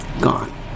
gone